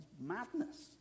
madness